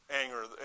anger